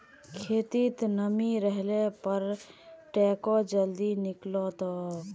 खेतत नमी रहले पर टेको जल्दी निकलतोक